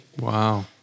Wow